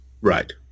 Right